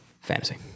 fantasy